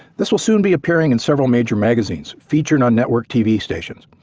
this will soon be appearing in several major magazines, featured on network tv stations,